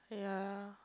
yeah